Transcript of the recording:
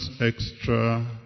extra